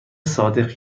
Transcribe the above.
صادقی